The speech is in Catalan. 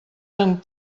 amb